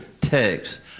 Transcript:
text